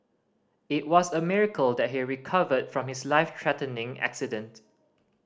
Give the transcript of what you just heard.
it was a miracle that he recovered from his life threatening accident